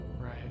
Right